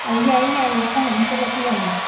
ꯑꯧ ꯌꯥꯏꯌꯦ ꯌꯥꯏꯌꯦ ꯈꯣꯡꯅ ꯑꯗꯨꯝ ꯆꯠꯂꯁꯨ ꯌꯥꯏꯌꯦ